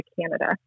Canada